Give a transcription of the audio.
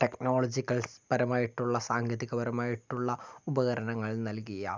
technological പരമായിട്ടുള്ള സാങ്കേതികപരമായിട്ടുള്ള ഉപകരണങ്ങൾ നൽകിയ